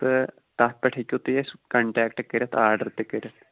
تہٕ تَتھ پٮ۪ٹھ ہٮ۪کو تُہۍ اَسہِ کَنٛٹیکٹ کٔرِتھ آرڈَر تہِ کٔرِتھ